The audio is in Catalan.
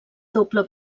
doble